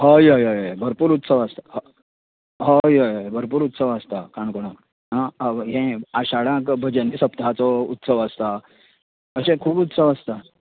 हय हय हय भरपूर उत्सव आसता हय हय हय भरपूर उत्सव आसता काणकोणा आं यें आशाडांक भजनी सप्तकाचो उत्सव आसता अशें खूब उत्सव आसता